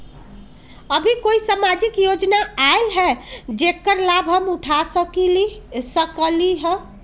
अभी कोई सामाजिक योजना आयल है जेकर लाभ हम उठा सकली ह?